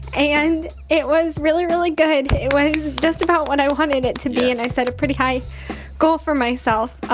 and it was really, really good. it was just about what i wanted it to be yes and i set a pretty high goal for myself.